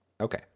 Okay